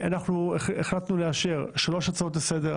אנחנו החלטנו לאשר שלוש הצעות לסדר.